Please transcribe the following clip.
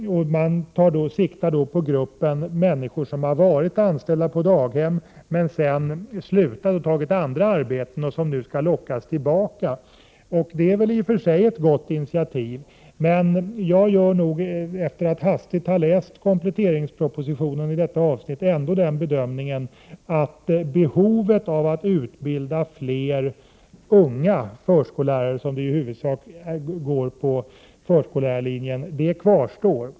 Man riktar då in sig på de människor som har varit anställda på daghem och tagit andra arbeten. Dem vill man nu locka tillbaka. Det är väl i och för sig ett bra initiativ, men efter att ha gjort en hastig genomläsning av kompletteringspropositionen i detta avsnitt gör jag ändå bedömningen att behovet av att utbilda fler unga förskollärare på förskollärarlinjen kvarstår.